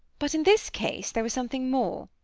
but in this case there was something more.